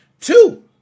Two